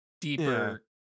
deeper